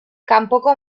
kanpoko